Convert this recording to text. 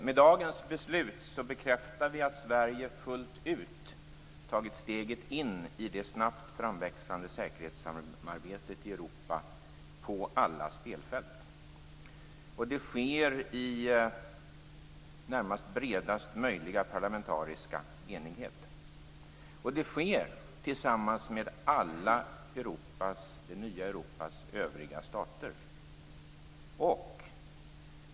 Med dagens beslut bekräftar vi att Sverige fullt ut tagit steget in i det snabbt framväxande säkerhetssamarbetet i Europa på alla spelfält. Det sker i bredast möjliga parlamentariska enighet. Det sker tillsammans med alla det nya Europas övriga stater.